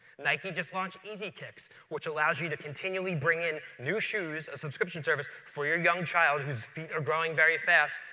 nike just launched easy kicks, which allows you to continually bring in new shoes, a subscription service for your young child, whose feet are growing very fast,